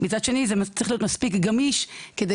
מצד שני זה צריך להיות מספיק גמיש כדי